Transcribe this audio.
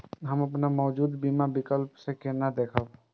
हम अपन मौजूद बीमा विकल्प के केना देखब?